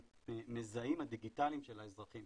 המזהים הדיגיטליים של האזרחים,